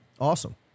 Awesome